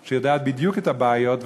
והיא יודעת בדיוק את הבעיות.